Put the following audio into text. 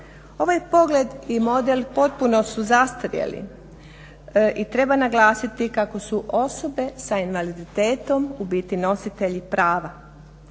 Ovaj pogled i model potpuno su zastarjeli i treba naglasiti kako su osobe s invaliditetom u biti nositelji prava,